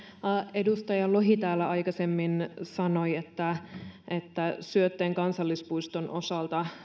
edustaja lohi täällä aikaisemmin sanoi että syötteen kansallispuiston osalta